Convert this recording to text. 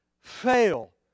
fail